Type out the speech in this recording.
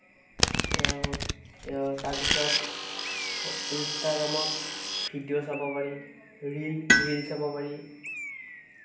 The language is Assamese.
তাৰপিছত ইনষ্টাগ্ৰামত ভিডিঅ' চাব পাৰি ৰিল ৰিল চাব পাৰি